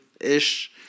ish